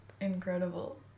incredible